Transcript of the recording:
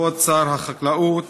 לכבוד שר החקלאות: